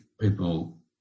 people